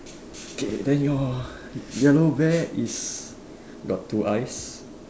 okay then your yellow bear is got two eyes